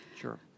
Sure